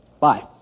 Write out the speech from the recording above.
Bye